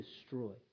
destroy